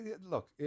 look